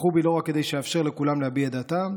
בחרו בי לא רק כדי שאאפשר לכולם להביע את דעתם,